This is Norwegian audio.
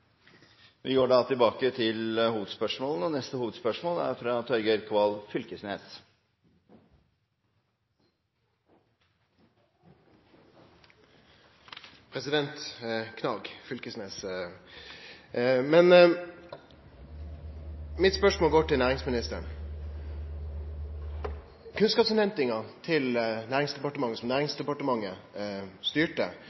vi til neste hovedspørsmål. Mitt spørsmål går til næringsministeren. Kunnskapsinnhentinga til